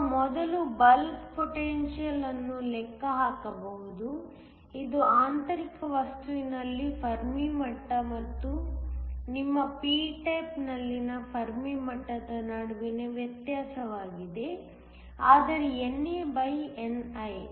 ನಾವು ಮೊದಲು bulk potential ಅನ್ನು ಲೆಕ್ಕ ಹಾಕಬಹುದು ಇದು ಆಂತರಿಕ ವಸ್ತುವಿನಲ್ಲಿನ ಫೆರ್ಮಿ ಮಟ್ಟ ಮತ್ತು ನಿಮ್ಮ p ಟೈಪ್ನಲ್ಲಿನ ಫೆರ್ಮಿ ಮಟ್ಟದ ನಡುವಿನ ವ್ಯತ್ಯಾಸವಾಗಿದೆ ಆದರೆ NAni